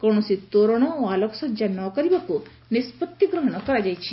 କୌଣସି ତୋରଣ ଓ ଆଲୋକସଜା ନ କରିବାକୁ ନିଷ୍ବଉି ଗ୍ରହଣ କରାଯାଇଛି